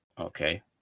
Okay